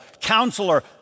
Counselor